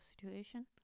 situation